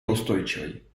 неустойчивой